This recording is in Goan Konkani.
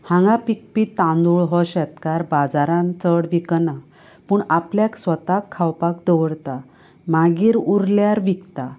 हांगां पिकपी तांदूळ हो शेतकार बाजारान चड विकना पूण आपल्याक स्वताक खावपाक दोवरता मागीर उरल्यार विकता